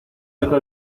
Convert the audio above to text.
deje